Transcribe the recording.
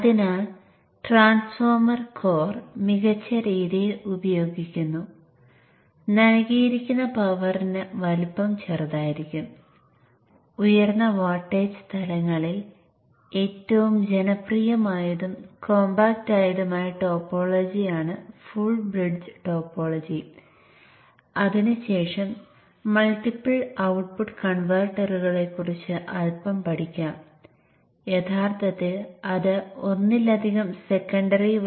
അതിനാൽ സർക്യൂട്ടിൽ MOSFET ചിഹ്നങ്ങൾ എങ്ങനെ ഇടാം എന്നതിനെക്കുറിച്ച് എനിക്ക് ഒരു ആശയം ലഭിച്ചു